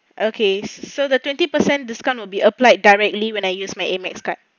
okay so the twenty percent discount will be applied directly when I use my Amex card